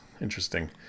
interesting